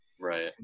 Right